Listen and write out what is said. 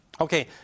Okay